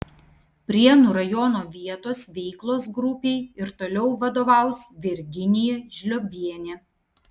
prienų rajono vietos veiklos grupei ir toliau vadovaus virginija žliobienė